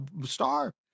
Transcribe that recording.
star